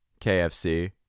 KFC